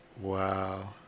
Wow